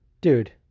Dude